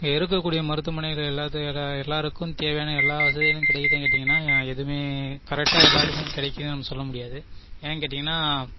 இங்கே இருக்கக்கூடிய மருத்துவமனைகள் எல்லாத்துக்கு எல்லோருக்கும் தேவையான எல்லா வசதிகளும் கிடைக்கிதுனு கேட்டிங்கன்னா எதுவுமே கரெட்டாக எல்லோருக்கும் கெடைக்கும்னு நம்ம சொல்ல முடியாது ஏன் கேட்டீங்கன்னா